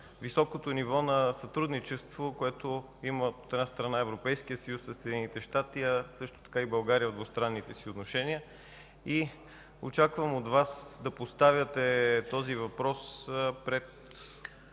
високото ниво на сътрудничество, което, от една страна, има Европейският съюз със Съединените щати, а също така и България в двустранните си отношения. Очаквам от Вас да поставяте този въпрос пред